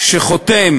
שחותם